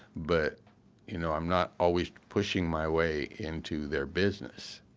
but you know i'm not always pushing my way into their business,